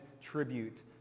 tribute